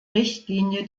richtlinie